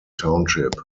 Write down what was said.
township